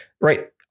right